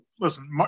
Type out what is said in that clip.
listen